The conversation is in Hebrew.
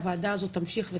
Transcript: הוועדה הזו תמשיך,